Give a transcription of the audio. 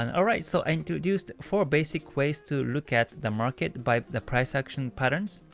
and alright, so i introduced four basic ways to look at the market by the price action patterns,